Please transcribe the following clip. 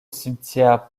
cimetière